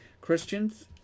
Christians